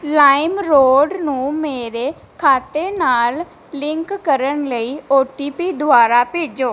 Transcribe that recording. LimeRoad ਨੂੰ ਮੇਰੇ ਖਾਤੇ ਨਾਲ ਲਿੰਕ ਕਰਨ ਲਈ ਓ ਟੀ ਪੀ ਦੁਬਾਰਾ ਭੇਜੋ